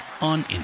on